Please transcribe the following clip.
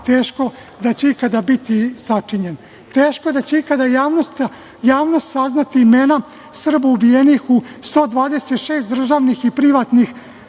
teško da će ikada biti sačinjen. Teško da će ikada javnost saznati imena Srba ubijenih u 126 državnih i privatnih